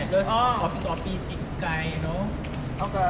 oo okay